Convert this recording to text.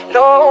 no